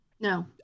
No